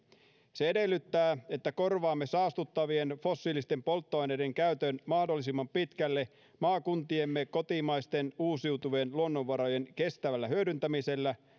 se edellyttää että korvaamme saastuttavien fossiilisten polttoaineiden käytön mahdollisimman pitkälle maakuntiemme kotimaisten uusiutuvien luonnonvarojen kestävällä hyödyntämisellä